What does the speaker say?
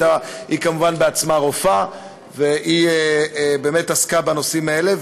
היא, כמובן, בעצמה רופאה ועסקה בנושאים האלה.